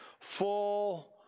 full